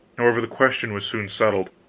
however, the question was soon settled.